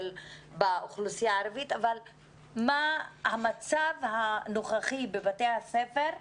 אבל צריך לבדוק מה המצב הנוכחי בבתי הספר.